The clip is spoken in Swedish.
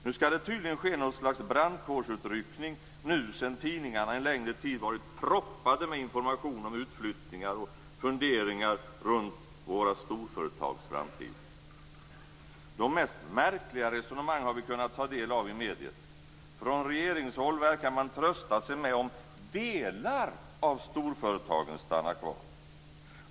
Nu skall det tydligen ske något slags brandkårsutryckning sedan tidningarna en längre tid har varit proppade med information om utflyttningar och funderingar runt våra storföretags framtid. Vi har kunnat ta del av de mest märkliga resonemang i medier. Från regeringshåll verkar man trösta sig med att delar av storföretagen stannar krav.